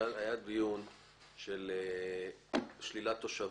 היה דיון על שלילת תושבות.